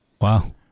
Wow